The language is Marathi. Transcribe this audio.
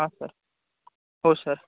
हां सर हो सर